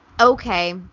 okay